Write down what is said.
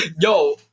yo